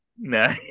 No